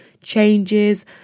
changes